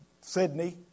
Sydney